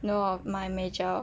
know of my major